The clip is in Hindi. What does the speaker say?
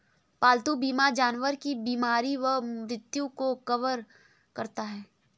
पालतू बीमा जानवर की बीमारी व मृत्यु को कवर करता है